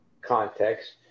context